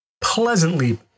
pleasantly